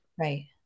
Right